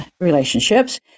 relationships